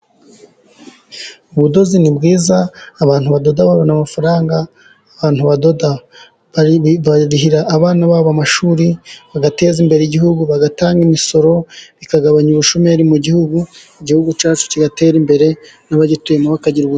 Ubudozi ni bwiza ,abantu badoda babona amafaranga, abantu badoda barihira abana babo amashuri bagateza imbere igihugu, bagatanga imisoro, bikagabanya ubushomeri mu gihugu ,igihugu cyacu kigatera imbere n'abagituyemo bakagira ubu .....